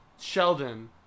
Sheldon